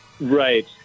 Right